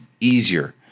easier